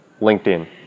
LinkedIn